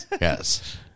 yes